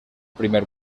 primer